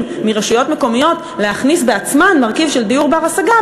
מרשויות מקומיות להכניס בעצמן מרכיב של דיור בר-השגה,